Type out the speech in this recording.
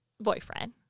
boyfriend